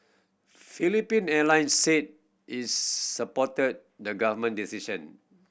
Philippine Airlines said it supported the government decision